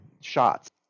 shots